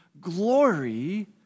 glory